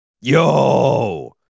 Yo